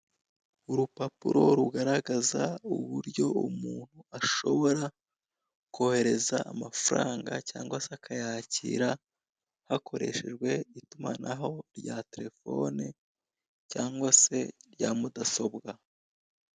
Urupapuro rugaragaza uburyo umuntu ashobora kohereza amafaranga cyangwa se akayakira, hakoresheje itumanaho rya telefone cyangwa se rya mudasobwa.